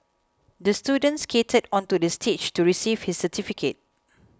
the student skated onto the stage to receive his certificate